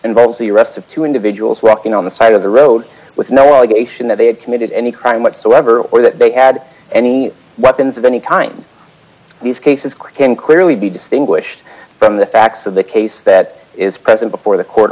involves the arrest of two individuals working on the side of the road with no allegation that they had committed any crime whatsoever or that they had any weapons of any kind these cases can clearly be distinguished from the facts of the case that is present before the court